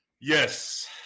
yes